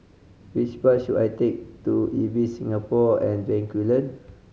which bus should I take to Ibis Singapore On Bencoolen